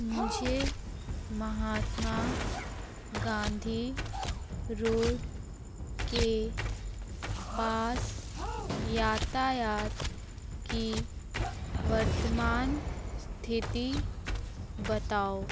मुझे महात्मा गाँधी रोड के पास यातायात की वर्तमान स्थिति बताओ